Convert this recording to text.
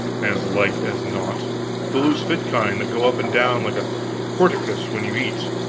as like as not the loose-fit kind, that go up and down like a portcullis when you eat,